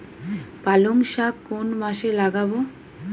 পালংশাক কোন মাসে লাগাব?